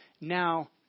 now